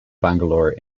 bangalore